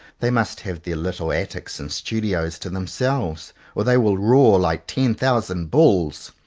they must have their little attics and studios to them selves, or they will roar like ten thousand bulls.